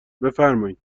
بفرمایین